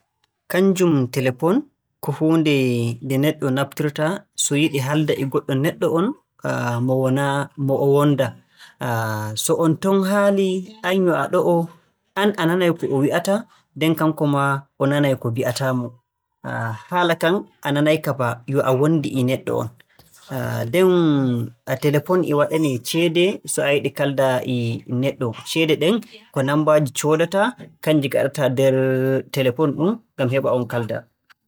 Kannjum telefon ko huunde nde neɗɗo naftirta so yiɗi haalda e goɗɗo neɗɗo on mo walaa- mo o wonndaa. So on ton haalii aan yo a ɗo'o, aan a nanay ko o wi'ata, nden kanko maa o nanay ko mbi'ataa-mo. Nden haala kan a nanay-ka ba a wonndi e neɗɗo on. Nden telefon e waɗanee ceede, so a yiɗi a haalda e neɗɗo. Ceede ɗen ko nummbaaji coodataa, kannji ngaɗataa nder telefon ɗum ngam heɓa on kaalda.